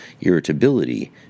irritability